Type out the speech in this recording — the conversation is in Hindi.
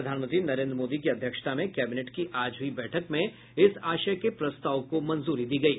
प्रधानमंत्री नरेन्द्र मोदी की अध्यक्षता में कैबिनेट की आज हुई बैठक में इस आशय के प्रस्ताव को मंजूरी दी गयी